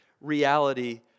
reality